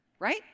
Right